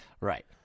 Right